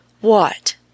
What